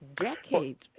decades